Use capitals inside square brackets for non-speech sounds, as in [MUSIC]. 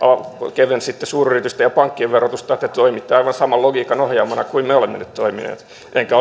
kevensitte suuryritysten ja pankkien verotusta että toimitte aivan saman logiikan ohjaamina kuin me olemme nyt toimineet enkä [UNINTELLIGIBLE]